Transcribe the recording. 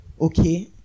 Okay